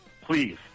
Please